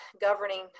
governing